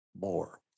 more